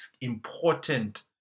important